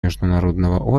международного